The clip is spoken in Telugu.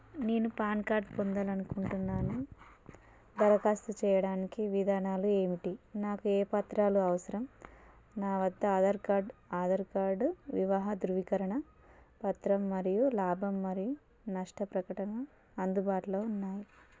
నేను పాన్ కార్డ్ పొందాలనుకుంటున్నాను దరఖాస్తు చేయడానికి విధానాలు ఏమిటి నాకు ఏ పత్రాలు అవసరం నా వద్ద ఆధార్ కార్డ్ ఆధార్ కార్డ్ వివాహ ధ్రువీకరణ పత్రం మరియు లాభం మరియు నష్ట ప్రకటన అందుబాటులో ఉన్నాయి